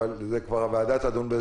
בזה כבר הוועדה תדון.